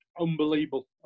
unbelievable